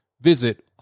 visit